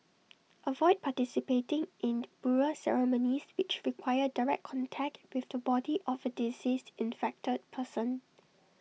avoid participating in burial ceremonies which require direct contact with the body of A deceased infected person